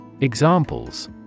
Examples